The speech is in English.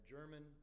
German